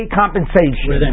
compensation